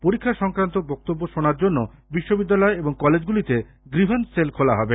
পরীক্ষা সংক্রান্ত বক্তব্য শোনার জন্য বিশ্ববিদ্যালয় এবং কলেজগুলিতে গ্রিভান্স সেল খোলা হবে